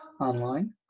online